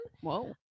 Whoa